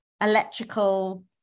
electrical